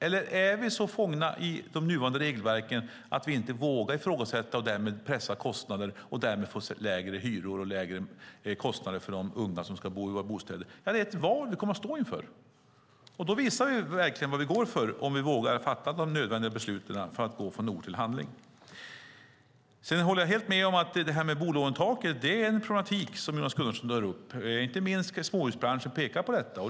Eller är vi så fångna i de nuvarande regelverken att vi inte vågar ifrågasätta och därmed pressa kostnaderna och på så sätt få lägre hyror för de unga som ska bo i dessa bostäder? Det är ett val vi kommer att stå inför. Om vi vågar fatta de nödvändiga besluten och gå från ord till handling visar vi vad vi verkligen går för. Jag håller helt med om att bolånetaket är ett problem, vilket Jonas Gunnarsson tar upp. Inte minst pekar småhusbranschen på det.